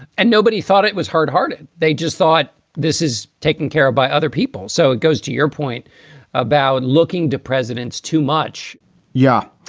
and nobody thought it was hard-hearted. they just thought this is taken care of by other people. so it goes to your point about looking to presidents too much yeah.